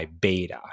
Beta